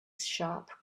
sharp